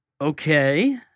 Okay